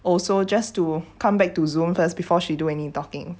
also just to come back to zoom first before she do any talking